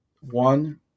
one